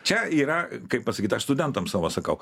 čia yra kaip pasakyt aš studentams savo sakau